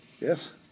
Yes